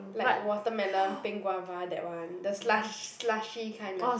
like watermelon pink guava that one the slush slushy kind uh